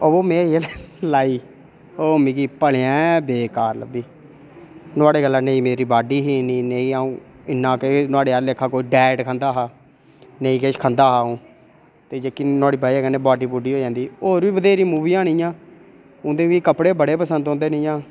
ओह् में लाई ओह् मिगी भलेआं बेकार लब्भी नुहाड़े गल्ला ना मेरी बॉडी ही ना अ'ऊ इन्ना किश नुहाड़े आह्ले लेखा डाईट खंदा हा नेईं किश खंदा हा अ'ऊं ते जेह्की नुहाड़ी बजह कन्नै बॉडी होई जंदी होर बी बत्हेरी मुवीआं न इ'यां उं'दे कपड़े बड़े गै पसंद औंदे न इ'यां